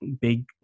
big